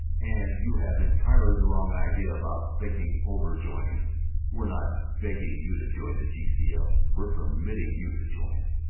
and you have entirely the wrong idea about thinking over joining we're not begging you to join the g c l we're permitting you to join.